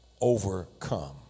overcome